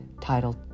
titled